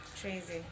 Crazy